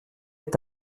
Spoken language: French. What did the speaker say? est